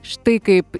štai kaip